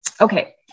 Okay